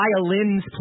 violins